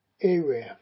Aram